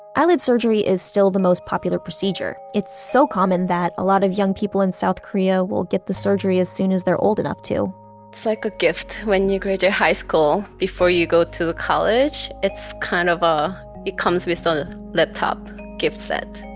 eyelid surgery is still the most popular procedure. it's so common that a lot of young people in south korea will get the surgery as soon as they're old enough to. it's like a gift when you graduate high school, before you go to college. it's kind of, ah it comes with the laptop gift set.